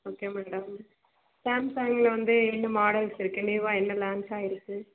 okay madam Samsung வந்து என்ன மாடல்ஸ்சிருக்கு நியூவாக என்ன லான்ச்சாகியிருக்கு